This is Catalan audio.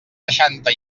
seixanta